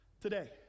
today